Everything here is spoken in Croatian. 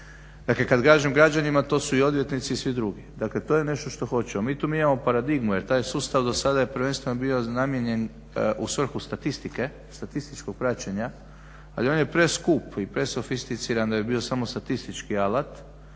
Dakle, kad kažem građanima to su i odvjetnici i svi drugi. Dakle, to je nešto što hoćemo. Mi tu imamo paradigmu jer taj sustav do sada je prvenstveno bio namijenjen u svrhu statistike, statističkog praćenja. Ali on je preskup i presofisticiran da bi bio samo statistički alat.